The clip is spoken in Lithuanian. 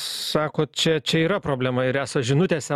sakot čia čia yra problema ir esat žinutėse